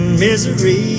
misery